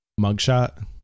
mugshot